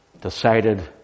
decided